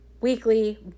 weekly